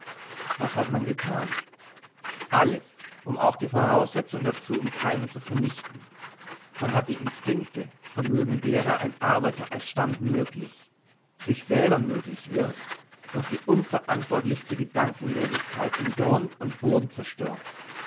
was hat man gethan alles um auch die voraussetzung dazu im keime zu vernichten man hat die instinkte vermöge deren ein arbeiter als stand möglich sich selber möglich wird durch die unverantwortlichste gedankenlosigkeit in grund und boden zerstört